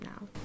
now